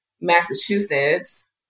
Massachusetts